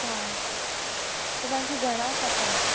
हा त तव्हांखे घणा खपनि